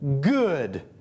good